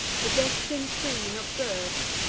the destin'd queen observes,